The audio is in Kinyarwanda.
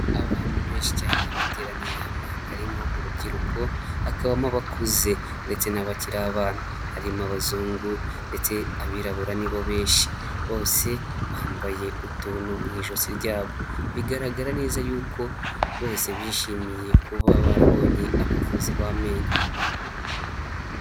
Abantu benshi cyane bateraniye hamwe harimo urubyiruko, hakabamo abakuze ndetse n'abakiri abana, harimo abazungu ndetse abirabura ni bo benshi, bose bambaye utuntu mu ijosi ryabo, bigaragara neza yuko bose bishimiye kuba barabonye abavuzi b'amenyo.